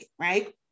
right